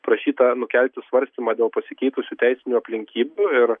prašyta nukelti svarstymą dėl pasikeitusių teisinių aplinkybių ir